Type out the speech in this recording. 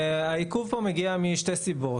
העיכוב פה מגיע משתי סיבות.